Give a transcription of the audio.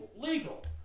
legal